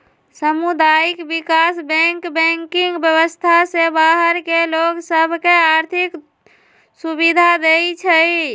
सामुदायिक विकास bank banking व्यवस्था से बाहर के लोग सभ के आर्थिक सुभिधा देँइ छै